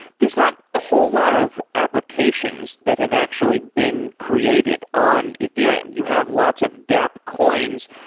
there's not a whole lot of applications that have actually been created on a theorem. you have lots of dapp coins,